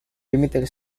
límite